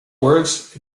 words